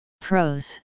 Pros